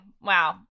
Wow